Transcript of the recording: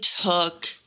took